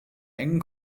engen